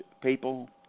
people